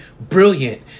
brilliant